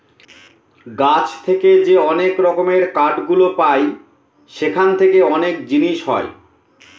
গাছ থেকে যে অনেক রকমের কাঠ গুলো পায় সেখান থেকে অনেক জিনিস হয়